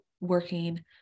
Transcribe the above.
working